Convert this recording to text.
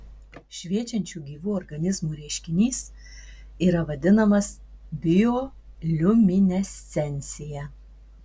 šviečiančių gyvų organizmų reiškinys yra vadinamas bioliuminescencija